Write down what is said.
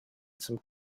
some